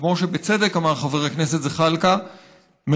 שכמו שאמר חבר הכנסת זחאלקה בצדק,